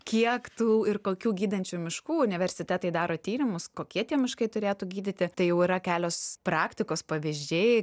kiek tų ir kokių gydančių miškų universitetai daro tyrimus kokie tie miškai turėtų gydyti tai jau yra kelios praktikos pavyzdžiai